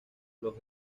los